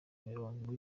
mirongo